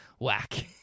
Whack